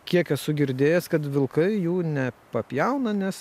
kiek esu girdėjęs kad vilkai jų ne papjauna nes